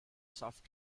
soft